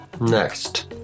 Next